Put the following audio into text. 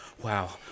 Wow